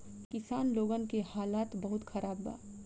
किसान लोगन के हालात बहुत खराब बा